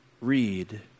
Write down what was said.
read